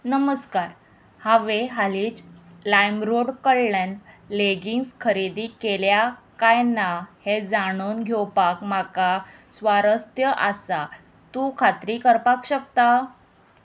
नमस्कार हांवें हालींच लायमरोड कडल्यान लेगींग्स खरेदी केल्या काय ना हें जाणून घेवपाक म्हाका स्वारस्थ्य आसा तूं खात्री करपाक शकता